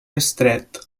estret